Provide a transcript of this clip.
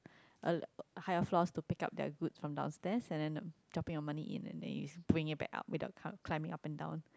uh higher floor to pick up their goods from downstairs and then dropping your money in and then bring them up without climbing up and down